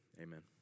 Amen